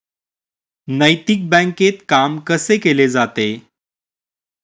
नैतिक बँकेत काम कसे केले जाते?